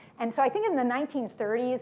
and so i think in the nineteen thirty